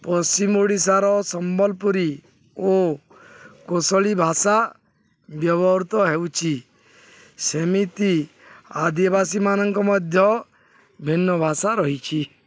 ପଶ୍ଚିମ ଓଡ଼ିଶାର ସମ୍ବଲପୁରୀ ଓ କୌଶଳୀ ଭାଷା ବ୍ୟବହୃତ ହେଉଛି ସେମିତି ଆଦିବାସୀମାନଙ୍କ ମଧ୍ୟ ଭିନ୍ନ ଭାଷା ରହିଛି